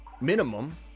minimum